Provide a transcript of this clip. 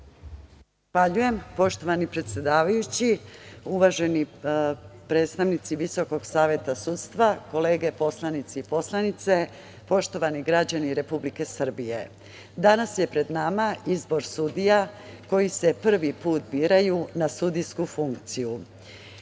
Zahvaljujem. Poštovani predsedavajući, uvaženi predstavnici Visokog saveta sudstva, kolege poslanici i poslanice, poštovani građani Republike Srbije, danas je pred nama izbor sudija koji se prvi put biraju na sudijsku funkciju.